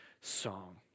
song